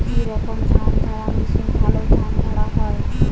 কি রকম ধানঝাড়া মেশিনে ভালো ধান ঝাড়া হয়?